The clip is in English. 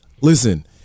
listen